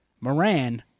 Moran